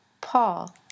Paul